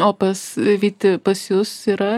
o pas vyti pas jus yra